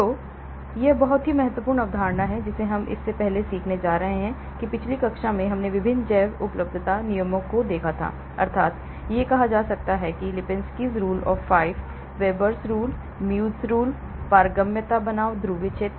तो यह एक बहुत ही महत्वपूर्ण अवधारणा है जिसे हम इससे पहले सीखने जा रहे हैं कि पिछली कक्षा में हमने विभिन्न जैवउपलब्धता नियमों को देखा था अर्थात् यह कहा जाता है Lipinskis rule of 5 Veber rule Muegge rule पारगम्यता बनाम ध्रुवीय क्षेत्र